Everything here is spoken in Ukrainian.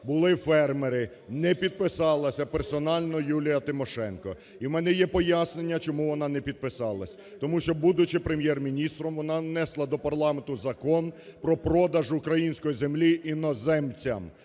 були фермери, не підписалася персонально Юлія Тимошенко. І у мене є пояснення, чому вона не підписалась. Тому що, будучи Прем'єр-міністром, вона внесла до парламенту Закон про продаж української землі іноземцям,